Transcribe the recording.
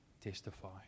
testify